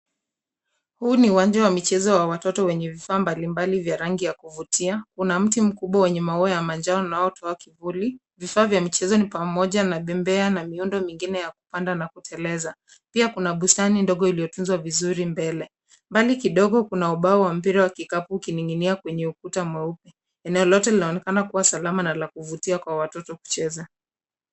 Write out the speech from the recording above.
Huu ni uwanja wa michezo wa watoto wenye vifaa mbalimbali vya rangi ya kuvutia, kuna mti mkubwa wenye maua ya manjano unaotoa kivuli, vifaa vya michezo ni pamoja na bembea na miundo mengine ya kupanda na kuteleza. Pia kuna bustani ndogo iliyotunwa vizuri mbele. Mbali kidogo kuna ubao wa mpira wa kikapu ukining'inia kwneye ukuta mweupe. Eneo lote linaonekana kuwa salama na la kuvutia kwa watoto kucheza.